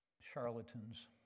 charlatans